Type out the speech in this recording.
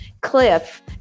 cliff